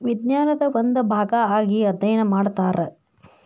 ವಿಜ್ಞಾನದ ಒಂದು ಭಾಗಾ ಆಗಿ ಅದ್ಯಯನಾ ಮಾಡತಾರ